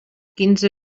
quinze